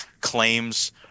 claims